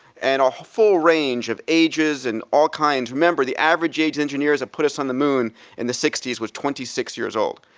and a full range of ages and all kinds. remember, the average age engineers that put us on the moon in the sixty s was twenty six years old.